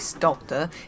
Doctor